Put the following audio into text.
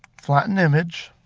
flatten image